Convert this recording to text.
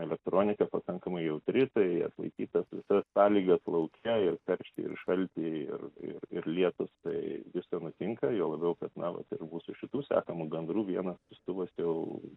elektronika pakankamai jautri tai atlaikyt tas visas sąlygas lauke ir karštį ir šaltį ir ir ir lietus tai visko nutinka juo labiau kad na vat ir mūsų šitų sekamų gandrų vienas siųstuvas jau